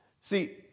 See